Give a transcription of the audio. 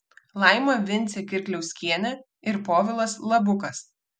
laima vincė kirkliauskienė ir povilas labukas